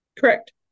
Correct